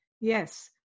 yes